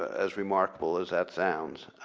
as remarkable as that sounds.